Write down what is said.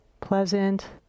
pleasant